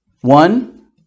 One